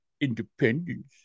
independence